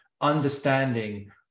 understanding